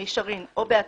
במישרין או בעקיפין,